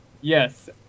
Yes